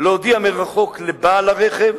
להודיע מרחוק לבעל הרכב,